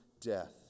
death